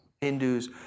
Hindus